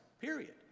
period